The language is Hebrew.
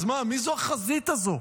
אז מה, מי זו החזית הזו?